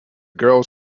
girls